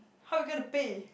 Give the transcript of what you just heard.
how we gonna pay